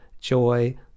Joy